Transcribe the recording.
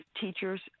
teacher's